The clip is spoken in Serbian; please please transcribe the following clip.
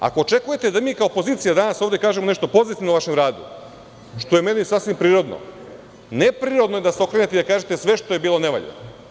Ako očekujete da mi kao opozicija danas ovde kažemo nešto pozitivno o vašem radu, što je meni sasvim prirodno, neprirodno je da se okrenete i da kažete sve što je bilo, ne valja.